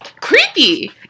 creepy